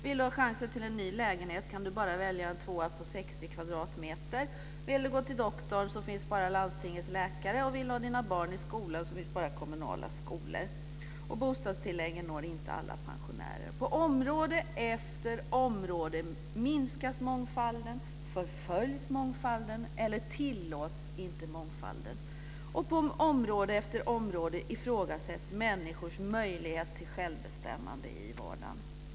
Vill du ha chans till en ny lägenhet kan du välja endast en tvårummare på 60 kvadratmeter. Vill du gå till doktorn finns bara landstingets läkare. Vill du ha dina barn i skola finns bara kommunala skolor. Bostadstilläggen når inte alla pensionärer. På område efter område minskas mångfalden, förföljs mångfalden eller tillåts inte mångfalden. På område efter område ifrågasätts människors möjligheter till självbestämmande i vardagen.